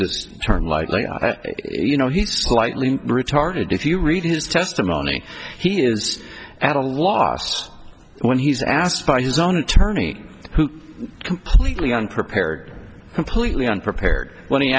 this term lightly you know he's slightly retarded if you read his testimony he is at a loss when he's asked by his own attorney who completely unprepared completely unprepared when he